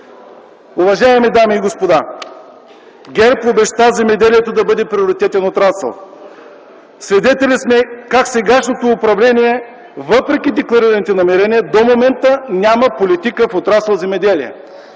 Уважаеми дами и господа, ГЕРБ обеща земеделието да бъде приоритетен отрасъл. Свидетели сме как сегашното управление, въпреки декларираните намерения до момента няма политика в отрасъл „Земеделие”,